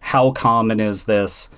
how common is this?